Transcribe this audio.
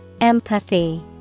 Empathy